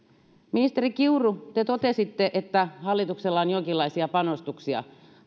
ministeri kiuru te totesitte että hallituksella on jonkinlaisia panostuksia